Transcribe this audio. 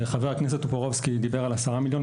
חבר הכנסת טופורובסקי דיבר על 10 מיליון,